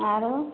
आओर